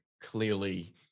clearly